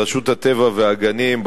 רשות הטבע והגנים,